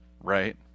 right